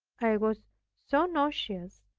it was so nauseous,